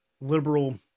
liberal